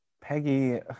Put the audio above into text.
Peggy